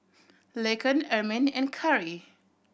Laken Ermine and Cari